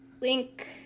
Link